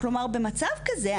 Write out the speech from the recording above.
כלומר במצב כזה,